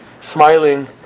smiling